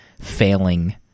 failing